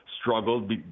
struggled